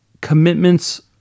commitments